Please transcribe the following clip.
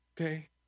Okay